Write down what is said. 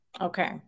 Okay